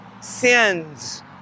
Sins